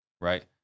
right